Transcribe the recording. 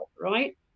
right